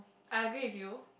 I agree with you